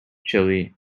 chile